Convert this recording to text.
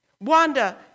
Wanda